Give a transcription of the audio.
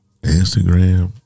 Instagram